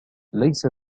ليس